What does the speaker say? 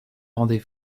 rendez